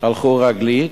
והלכו רגלית,